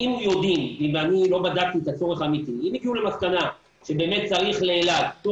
אם הגיעו למסקנה שבאמת צריך לאלעד,